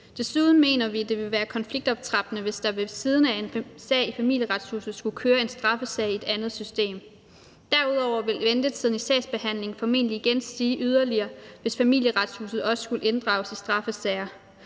Desuden mener vi, det vil være konfliktoptrappende, hvis der ved siden af en sag i Familieretshuset skulle køre en straffesag i et andet system. Derudover vil ventetiden i sagsbehandlingen formentlig igen stige yderligere, hvis Familieretshuset også skulle inddrages i straffesager.